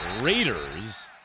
Raiders